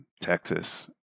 Texas